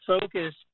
focus